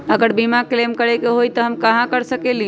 अगर बीमा क्लेम करे के होई त हम कहा कर सकेली?